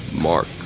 Mark